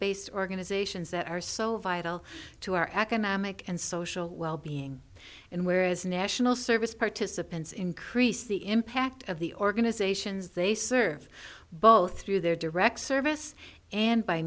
based organizations that are so vital to our economic and social well being and where as national service participants increase the impact of the organizations they serve both through their direct service and by